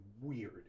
weird